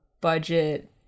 budget